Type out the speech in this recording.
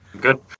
Good